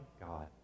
God